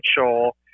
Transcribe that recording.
potential